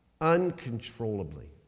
uncontrollably